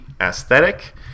aesthetic